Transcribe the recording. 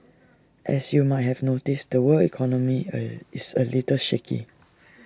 as you might have noticed the world economy is A little shaky